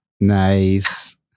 Nice